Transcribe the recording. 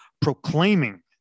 proclaiming